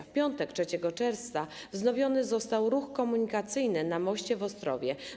W piątek 3 czerwca wznowiony został ruch komunikacyjny na moście w Ostrowie.